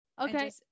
okay